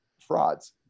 frauds